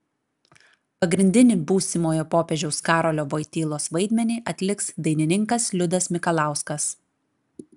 pagrindinį būsimojo popiežiaus karolio vojtylos vaidmenį atliks dainininkas liudas mikalauskas